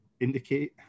indicate